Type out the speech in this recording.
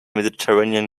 mediterranean